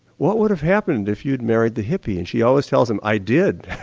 what would have happened if you married the hippie and she always tell them, i did.